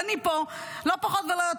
אני פה, לא פחות ולא יותר.